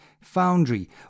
Foundry